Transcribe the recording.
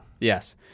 Yes